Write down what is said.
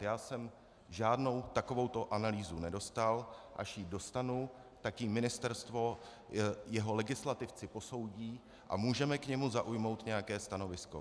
Já jsem žádnou takovouto analýzu nedostal, až ji dostanu, tak ji ministerstvo, jeho legislativci posoudí a můžeme k ní zaujmout nějaké stanovisko.